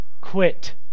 quit